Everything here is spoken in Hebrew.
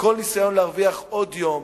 וכל ניסיון להרוויח עוד יום,